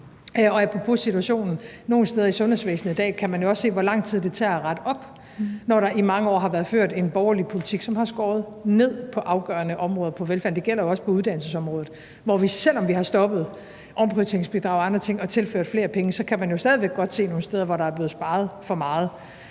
i dag kan man jo også se, hvor lang tid det tager at rette op, når der i mange år har været ført en borgerlig politik, som har skåret ned på afgørende områder af velfærden. Det gælder jo også på uddannelsesområdet, hvor vi, selv om vi har stoppet omprioriteringsbidrag og andre ting og har tilført flere penge, stadig væk godt kan se nogle steder, hvor der er blevet sparet for meget,